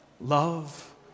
love